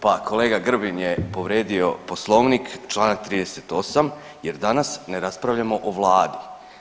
Pa kolega Grbin je povrijedio Poslovnik čl. 38 jer danas ne raspravljamo o Vladi.